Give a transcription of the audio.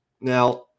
Now